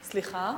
סליחה?